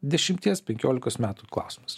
dešimties penkiolikos metų klausimas